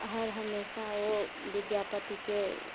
हर हमेशा ओ विद्यापति के